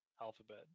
alphabet